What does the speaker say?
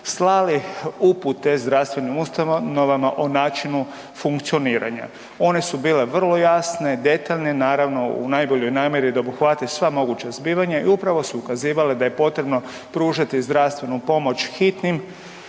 slali upute zdravstvenim ustanovama o načinu funkcioniranja. One su bile vrlo jasne, detaljne naravno u najboljoj namjeri da obuhvate sva moguća zbivanja i upravo su ukazivala da je potrebno pružati zdravstvenu pomoć hitnim